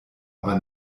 aber